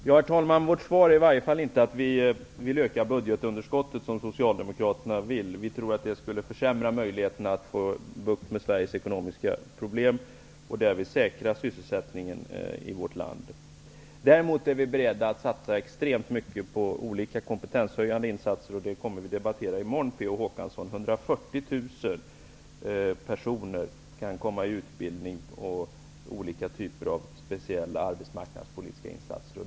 Herr talman! Vårt svar är åtminstone inte att vi vill öka budgetunderskottet, såsom socialdemokraterna vill. Vi tror att det skulle försämra möjligheterna att få bukt med Sveriges ekonomiska problem och att säkra sysselsättningen i vårt land. Däremot är vi beredda att satsa extremt mycket på olika kompetenshöjande insatser. Enligt vårt förslag kan 14000 personer komma i utbildning eller bli föremål för andra arbetsmarknadspolitiska insatser.